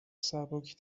سبک